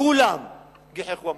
כולם גיחכו,